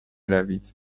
روید